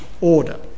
order